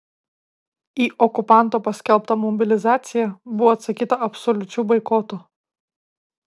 į okupanto paskelbtą mobilizaciją buvo atsakyta absoliučiu boikotu